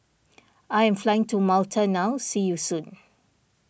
I am flying to Malta now see you soon